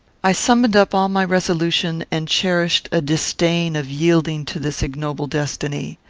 i summoned up all my resolution, and cherished a disdain of yielding to this ignoble destiny.